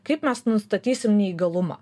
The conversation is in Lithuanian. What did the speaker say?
kaip mes nustatysim neįgalumą